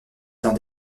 dans